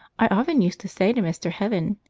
i often used to say to mr. heaven,